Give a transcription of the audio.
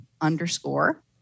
underscore